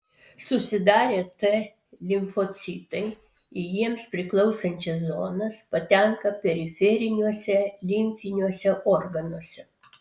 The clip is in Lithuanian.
susidarę t limfocitai į jiems priklausančias zonas patenka periferiniuose limfiniuose organuose